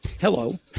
Hello